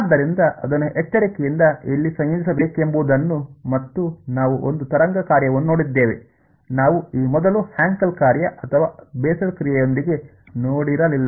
ಆದ್ದರಿಂದ ಅದನ್ನು ಎಚ್ಚರಿಕೆಯಿಂದ ಎಲ್ಲಿ ಸಂಯೋಜಿಸ ಬೇಕೆಂಬುದನ್ನು ಮತ್ತು ನಾವು ಒಂದು ತರಂಗ ಕಾರ್ಯವನ್ನು ನೋಡಿದ್ದೇವೆ ನಾವು ಈ ಮೊದಲು ಹ್ಯಾಂಕೆಲ್ ಕಾರ್ಯ ಅಥವಾ ಬೆಸೆಲ್ ಕ್ರಿಯೆಯೊಂದಿಗೆ ನೋಡಿರಲಿಲ್ಲ